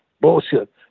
Bullshit